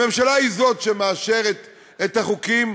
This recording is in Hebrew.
הממשלה היא שמאשרת את החוקים,